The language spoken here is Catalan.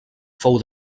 fou